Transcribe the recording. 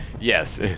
Yes